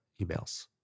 emails